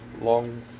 long